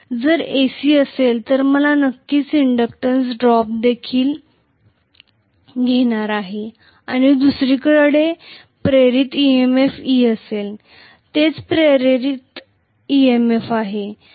जर AC असेल तर मला नक्कीच इंडक्टन्स ड्रॉप देखील घेणार आहे आणि दुसरीकडे प्रेरित EMF e असेल तेच प्रेरित EMF आहे